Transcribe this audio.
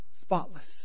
spotless